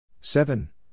seven